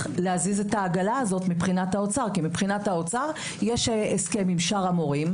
להזיז את העגלה הזאת מבחינת האוצר כי יש הסכם עם שאר המורים,